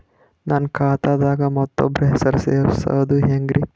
ನನ್ನ ಖಾತಾ ದಾಗ ಮತ್ತೋಬ್ರ ಹೆಸರು ಸೆರಸದು ಹೆಂಗ್ರಿ?